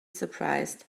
surprised